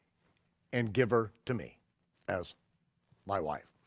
and give her to me as my wife.